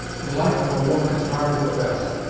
the life of a woman is hard at the best,